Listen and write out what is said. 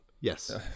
yes